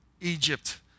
Egypt